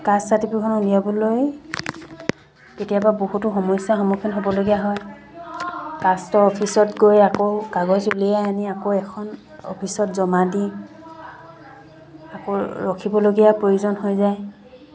caste চাৰ্টিফিকেটখন উলিয়াবলৈ কেতিয়াবা বহুতো সমস্যাৰ সন্মুখীন হ'বলগীয়া হয় কাষ্টৰ অফিচত গৈ আকৌ কাগজ উলিয়াই আনি আকৌ এখন অফিচত জমা দি আকৌ ৰখিবলগীয়া প্ৰয়োজন হৈ যায়